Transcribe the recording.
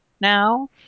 now